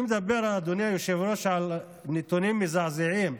אני מדבר, אדוני היושב-ראש, על נתונים מזעזעים,